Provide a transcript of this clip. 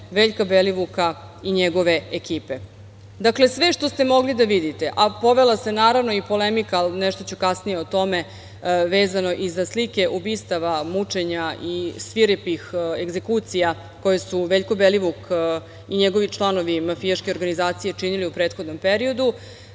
Veljka Belivuka i njegove ekipe? Dakle, sve što ste mogli da vidite, a povela se naravno i polemika, ali nešto ću kasnije o tome, vezano i za slike ubistava, mučenja i svirepih egzekucija koje su Veljko Belivuk i njegovi članovi mafijaške organizacije činili u prethodnom periodu,